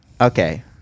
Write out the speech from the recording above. okay